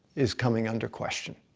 is coming under question.